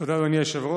תודה, אדוני היושב-ראש.